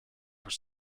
were